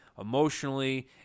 emotionally